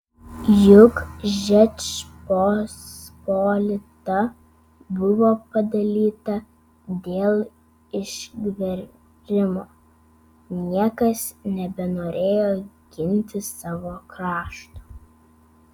juk žečpospolita buvo padalyta dėl išgverimo niekas nebenorėjo ginti savo krašto